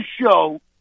show